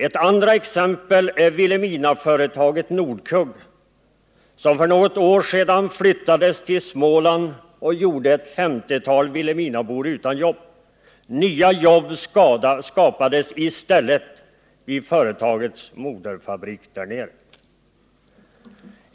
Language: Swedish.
Ett andra exempel är Vilhelminaföretaget Nordkugg, som för något år sedan flyttades till Småland och gjorde ett 50-tal vilhelminabor utan jobb. Nya jobb skapades i stället vid företagets moderföretag där nere.